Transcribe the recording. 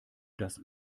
das